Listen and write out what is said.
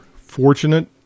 fortunate